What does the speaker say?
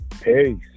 Peace